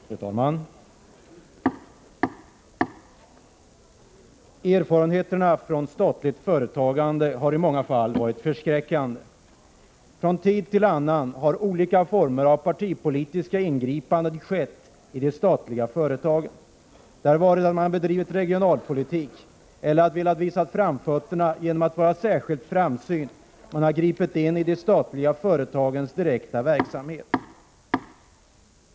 Fru talman! Erfarenheterna från statligt företagande har i många fall varit förskräckande. Från tid till annan har partipolitiska ingripanden av olika slag skett de statliga företagen. Det har varit när man har bedrivit regionalpolitik eller velat visa framfötterna genom att vara särskilt framsynt som man har gripit ini de statliga företagens direkta verksamhet.